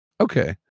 Okay